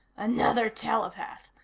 another telepath.